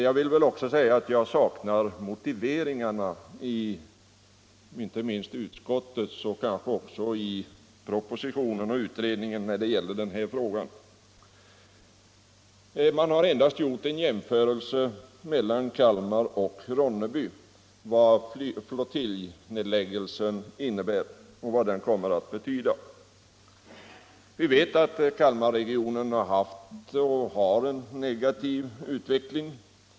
Jag vill också säga att jag saknar motiveringarna i inte minst utskottets betänkande och kanske också propositionen och utredningen när det gäller denna fråga. Man har endast gjort en jämförelse mellan Kalmar och Ronneby avseende flottiljnedläggelsens betydelse. Vi vet att Kalmarregionen haft och har negativ utveckling.